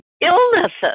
illnesses